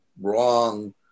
wrong